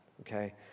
okay